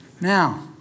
Now